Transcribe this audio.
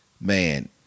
man